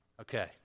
Okay